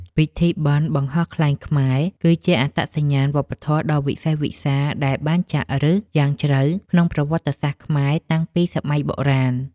ពិធីបុណ្យបង្ហោះខ្លែងខ្មែរ គឺជាអត្តសញ្ញាណវប្បធម៌ដ៏វិសេសវិសាសដែលបានចាក់ឫសយ៉ាងជ្រៅក្នុងប្រវត្តិសាស្ត្រខ្មែរតាំងពីសម័យបុរាណ។